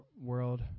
world